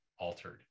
altered